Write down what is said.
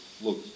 look